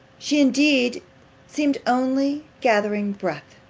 she indeed seemed only gathering breath.